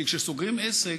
כי כשסוגרים עסק,